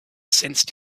sensed